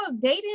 dating